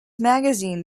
magazine